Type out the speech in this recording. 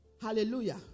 Hallelujah